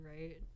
right